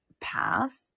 path